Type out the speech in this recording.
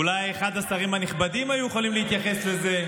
אולי אחד השרים הנכבדים היו יכולים להתייחס לזה.